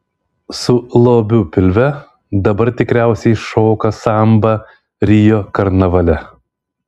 su lobiu pilve dabar tikriausiai šoka sambą rio karnavale